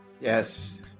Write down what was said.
Yes